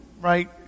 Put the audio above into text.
right